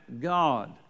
God